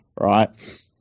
right